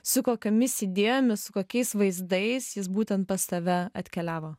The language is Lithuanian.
su kokiomis idėjomis kokiais vaizdais jis būtent pas tave atkeliavo